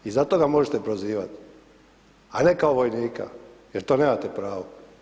I zato ga možete prozivat a ne kao vojnika jer to nemate pravo.